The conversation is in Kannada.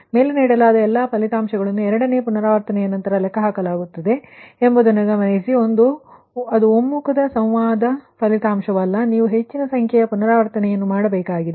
ಮೇಲೆ ನೀಡಲಾದ ಎಲ್ಲಾ ಫಲಿತಾಂಶಗಳನ್ನು ಎರಡನೇ ಪುನರಾವರ್ತನೆಯ ನಂತರ ಲೆಕ್ಕಹಾಕಲಾಗುತ್ತದೆ ಎಂಬುದನ್ನು ಗಮನಿಸಿ ಅದು ಒಮ್ಮುಖದ ಫಲಿತಾಂಶವಲ್ಲ ನೀವು ಹೆಚ್ಚಿನ ಸಂಖ್ಯೆಯ ಪುನರಾವರ್ತನೆಯನ್ನು ಮಾಡಬೇಕಾಗಿದೆ